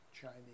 Chinese